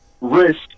risk